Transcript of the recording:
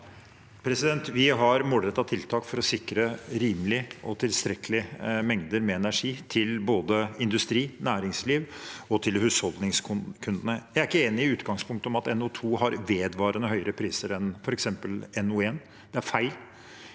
Vi har målrette- de tiltak for å sikre rimelig og tilstrekkelig mengde med energi til både industri, næringsliv og husholdningskunder. Jeg er ikke enig i utgangspunktet om at NO2 har vedvarende høyere priser enn f.eks. NO1. Det er feil.